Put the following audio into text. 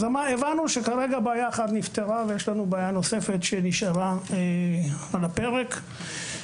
הבנו שכרגע בעיה אחת נפתרה אבל יש לנו בעיה נוספת שנשארה על הפרק.